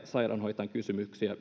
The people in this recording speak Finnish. sairaanhoitajien kysymyksiä